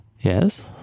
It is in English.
Yes